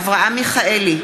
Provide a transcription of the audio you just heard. אברהם מיכאלי,